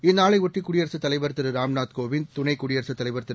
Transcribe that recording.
இந்நாளையொட்டி குடியரசுத் தலைவர் திரு ராம்நாத் கோவிந்த் குடியரசு துணைத் தலைவர் திரு